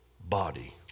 body